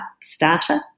starter